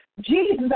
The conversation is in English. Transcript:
Jesus